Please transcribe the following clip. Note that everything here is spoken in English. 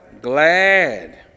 Glad